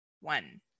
one